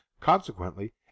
consequently